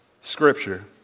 scripture